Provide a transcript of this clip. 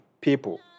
people